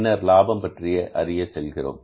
பின்னர் லாபம் பற்றி அறிய செல்கிறோம்